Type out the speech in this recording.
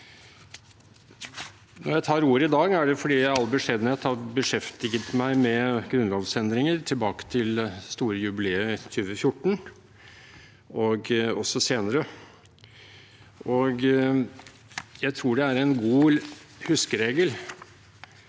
Når jeg tar ordet i dag, er det fordi jeg i all beskjedenhet beskjeftiget meg med grunnlovsendringer tilbake til det store jubileet i 2014, og også senere. Jeg tror det er en god huskeregel